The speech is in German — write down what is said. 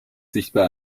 sichtbar